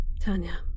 Tanya